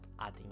adding